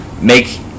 make